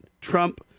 Trump